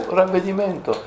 ravvedimento